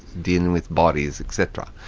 dealing with bodies, et cetera.